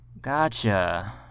Gotcha